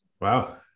Wow